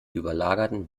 überlagerten